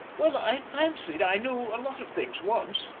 well, i fancied i knew a lot of things once,